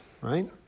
right